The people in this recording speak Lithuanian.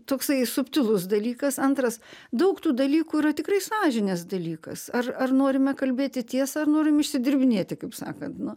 toksai subtilus dalykas antras daug tų dalykų yra tikrai sąžinės dalykas ar ar norime kalbėti tiesą ar norim išsidirbinėti kaip sakant nu